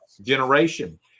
generation